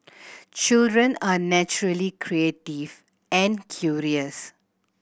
children are naturally creative and curious